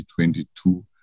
2022